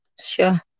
Sure